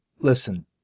Listen